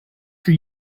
for